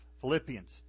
Philippians